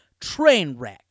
Trainwreck